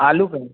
आलू का है